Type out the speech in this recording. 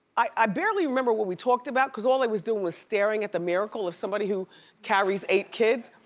i barely remember what we talked about, cause all i was doing was staring at the miracle of somebody who carries eight kids,